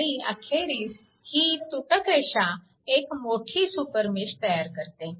आणि अखेरीस ही तुटक रेषा एक मोठी सुपरमेश तयार करते